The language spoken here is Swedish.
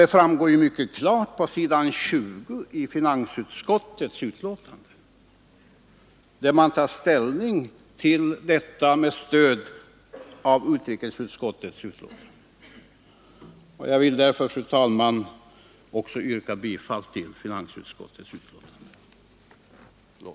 Det framgår mycket klart på s. 20 i finansutskottets betänkande, där man tar ställning till detta med stöd av utrikesutskottets yttrande. Jag vill därför, herr talman, yrka bifall till finansutskottets hemställan.